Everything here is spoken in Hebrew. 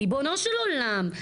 ריבונו של עולם,